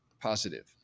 positive